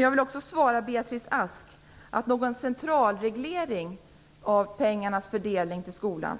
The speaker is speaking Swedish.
Jag vill också svara Beatrice Ask att vi inte kommer att återinföra någon centralreglering av pengarnas fördelning till skolan.